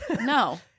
No